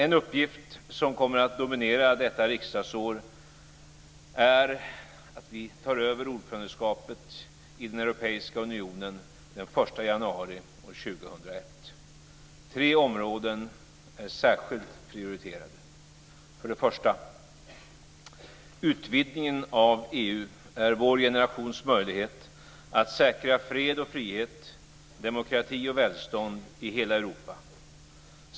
En uppgift som kommer att dominera detta riksdagsår är att vi tar över ordförandeskapet i den europeiska unionen den 1 januari år 2001. Tre områden är särskilt prioriterade. För det första: Utvidgningen av EU är vår generations möjlighet att säkra fred och frihet, demokrati och välstånd i hela Europa.